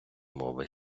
мови